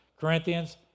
Corinthians